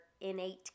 innate